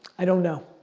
i don't know.